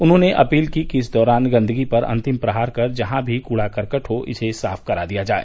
उन्होंने अपील की कि इस दौरान गंदगी पर अंतिम प्रहार कर जहां भी कूड़ करकट हो इसे साफ करा दिया जाय